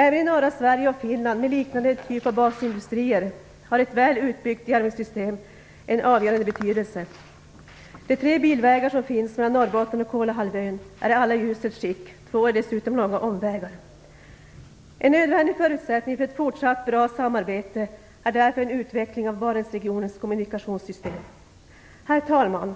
Även i norra Sverige och Finland, med liknande typ av basindustrier, har ett väl utbyggt järnvägssystem avgörande betydelse. De tre bilvägar som finns mellan Norrbotten och Kolahalvön är alla i uselt skick, två är dessutom långa omvägar. En nödvändig förutsättning för ett forsatt bra samarbete är därför en utveckling av Barentsregionens kommunikationssystem. Herr talman!